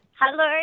Hello